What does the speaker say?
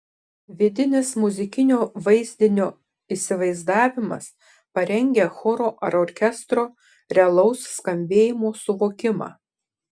vidinis muzikinio vaizdinio įsivaizdavimas parengia choro ar orkestro realaus skambėjimo suvokimą